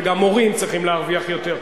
וגם מורים צריכים להרוויח יותר.